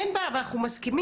אין בעיה, אבל אנחנו מסכימים.